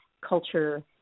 culture